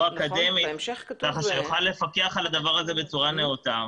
אקדמית ככה שנוכל לפקח על הדבר הזה בצורה נאותה.